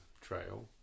trail